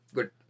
Good